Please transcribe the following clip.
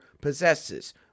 possesses